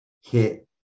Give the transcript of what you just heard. hit